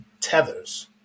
tethers